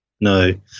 no